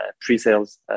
pre-sales